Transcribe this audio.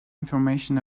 information